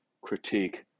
critique